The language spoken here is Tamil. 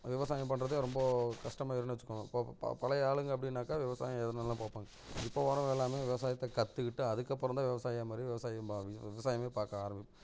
விவசாயம் பண்றதே ரொம்ப கஷ்டமாயிரும்னு வச்சுக்கோங்க இப்போது ப பழைய ஆளுங்க அப்படினாக்கா விவசாயம் எதனாலும் பார்ப்பாங்க இப்போ வரதெல்லாமே விவசாயத்தை கற்றுக்கிட்டு அதுக்கு அப்புறம் தான் விவசாயியா மாறி விவசாயம் பா விவசாயமே பார்க்க ஆரமி